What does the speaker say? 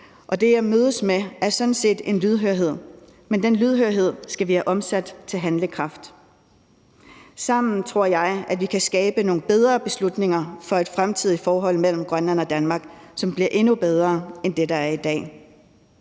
Og det, jeg mødes med, er sådan set en lydhørhed. Men den lydhørhed skal vi have omsat til handlekraft. Jeg tror, at vi sammen kan skabe nogle bedre beslutninger for et fremtidigt forhold mellem Grønland og Danmark, som bliver endnu bedre end det, der er i dag.